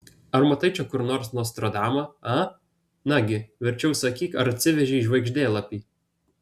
ar matai čia kur nors nostradamą a nagi verčiau sakyk ar atsivežei žvaigždėlapį